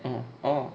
oh orh